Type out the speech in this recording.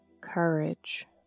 Courage